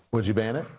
would you ban it?